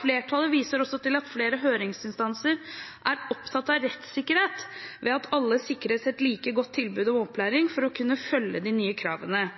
«Flertallet viser også til at flere høringsinstanser er opptatt av rettssikkerhet ved at alle sikres et like godt tilbud om opplæring for å kunne oppfølge de nye kravene.»